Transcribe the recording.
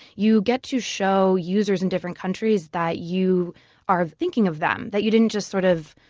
you get to show users in different countries that you are thinking of them. that you didn't just sort of,